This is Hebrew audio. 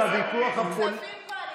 ככל שזה היה תלוי בכם, זה גם לא היה עולה